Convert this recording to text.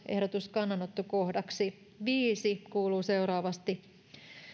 ehdotus kannanottokohdaksi viisi kuuluu seuraavasti